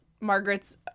Margaret's